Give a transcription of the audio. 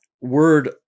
word